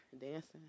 dancing